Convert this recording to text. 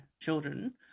children